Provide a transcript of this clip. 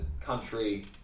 country